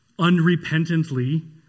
unrepentantly